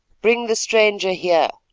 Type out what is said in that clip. bring the stranger here,